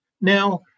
Now